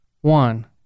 One